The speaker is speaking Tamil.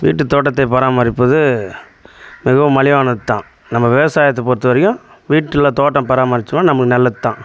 வீட்டுத் தோட்டத்தை பராமரிப்பது மிகவும் மலிவானதுதான் நம்ம விவசாயத்தை பொறுத்தவரைக்கும் வீட்டில் தோட்டம் பராமரித்தோம்னா நமக்கு நல்லதுதான்